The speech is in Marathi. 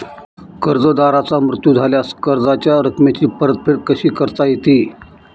कर्जदाराचा मृत्यू झाल्यास कर्जाच्या रकमेची परतफेड कशी करता येते?